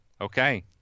Okay